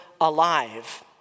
alive